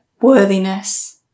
worthiness